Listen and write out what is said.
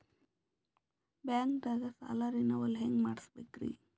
ಬ್ಯಾಂಕ್ದಾಗ ಸಾಲ ರೇನೆವಲ್ ಹೆಂಗ್ ಮಾಡ್ಸಬೇಕರಿ?